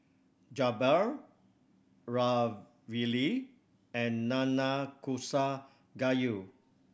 Jokbal Ravioli and Nanakusa Gayu